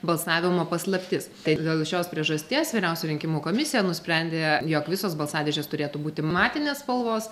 balsavimo paslaptis tai dėl šios priežasties vyriausioji rinkimų komisija nusprendė jog visos balsadėžės turėtų būti matinės spalvos